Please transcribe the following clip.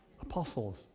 Apostles